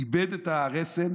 איבד את הרסן,